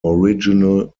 original